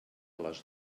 les